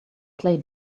play